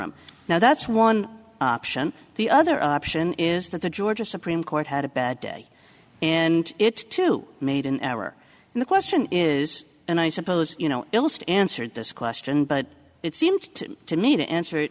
affirm now that's one option the other option is that the georgia supreme court had a bad day and it's too made an error and the question is and i suppose you know illust answered this question but it seems to me to answer it